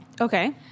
Okay